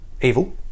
evil